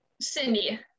Cindy